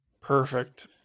perfect